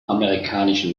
amerikanischen